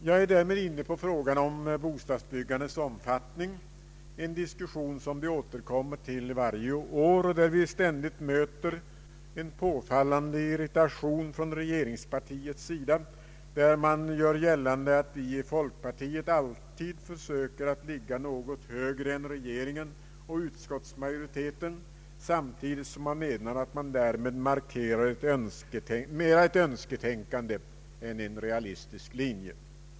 Jag är därmed inne på frågan om bostadsbyggandets omfattning, en diskussion som vi återkommer till varje ar och där vi ständigt möter en påfallande irritation från regeringspartiet, som gör gällande att vi i folkpartiet alltid försöker ligga något högre än regeringen och utskottsmajoriteten. Samtidigt menar man att vi därmed markerar mera ett önsketänkande än en realistisk linje.